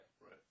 Right